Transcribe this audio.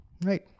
right